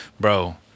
bro